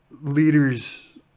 leaders